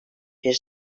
bir